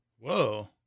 Whoa